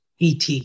ET